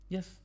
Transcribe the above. Yes